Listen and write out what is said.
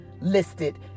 listed